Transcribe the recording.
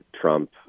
Trump